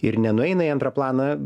ir nenueina į antrą planą